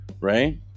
Right